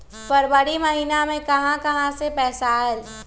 फरवरी महिना मे कहा कहा से पैसा आएल?